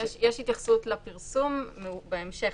התייחסות בהמשך.